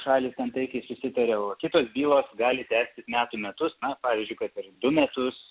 šalys ten takiai susitarė o kitos bylos gali tęstis metų metus pavyzdžiui kad ir du metus